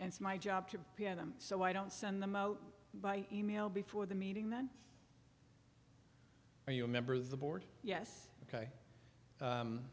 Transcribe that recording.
and my job to pm so i don't send them out by e mail before the meeting then are you a member of the board yes ok